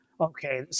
okay